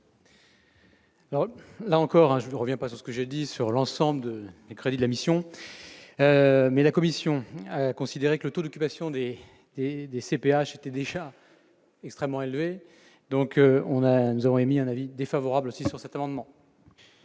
Alors, là encore, hein, je ne reviens pas ce que je dis sur l'ensemble de crédits de la mission, mais la commission a considéré que le taux d'occupation des des des CPH étaient déjà extrêmement élevé, donc on a, nous avons émis un avis défavorable, c'est sur cet amendement.